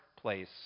place